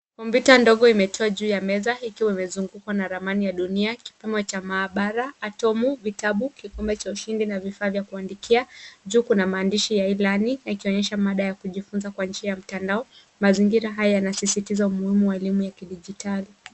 kompyuta ndogo imetua juu ya meza ikiwa imezungukwa na ramani ya dunia, kipimo cha maabara, atomu, vitabu, kikombe cha ushindi na vifaa vya kuandikia. Juu kuna maandishi ya e-learning ikionyesha mada ya kujifunza kwa njia ya mtandao. Mazingira haya yanaaisitiza umuhimu wa masomo ya kidigitari.